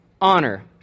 honor